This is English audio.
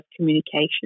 communication